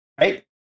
Right